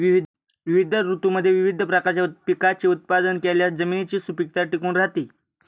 विविध ऋतूंमध्ये विविध प्रकारच्या पिकांचे उत्पादन केल्यास जमिनीची सुपीकता टिकून राहते